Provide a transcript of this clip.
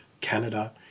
Canada